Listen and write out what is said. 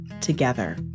together